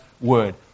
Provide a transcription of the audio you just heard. word